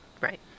Right